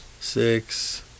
six